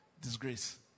disgrace